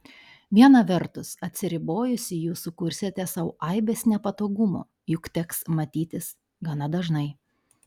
viena vertus atsiribojusi jūs sukursite sau aibes nepatogumų juk teks matytis gana dažnai